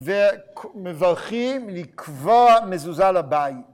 ‫ומברכים לקבוע מזוזה לבית.